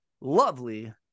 lovely